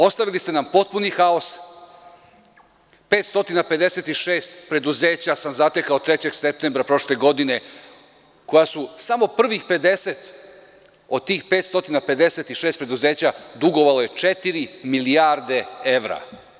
Ostali biste nam potpuni haos, 556 preduzeća sam zatekao 3. septembra prošle godine, koja su samo prvih 50 od tih 556 preduzeća dugovale četiri milijarde evra.